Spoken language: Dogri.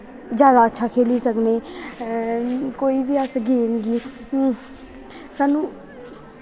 जैदा अच्छा खेली सकने कोई बी अस गेम गी सानूं